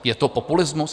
Je to populismus?